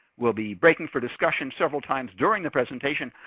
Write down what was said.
we'll be breaking for discussions several times during the presentation.